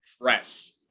dress